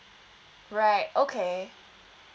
right okay